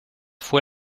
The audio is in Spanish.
fue